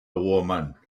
woman